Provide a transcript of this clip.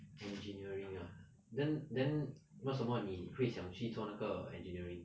engineering ah then then 为什么你会想去做那个 engineering